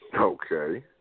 Okay